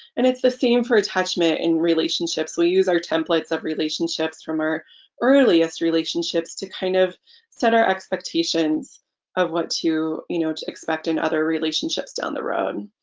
and it's the theme for attachment in relationships. we use our templates of relationships from our earliest relationships to kind of set our expectations of what to you know to expect in other relationships down the road.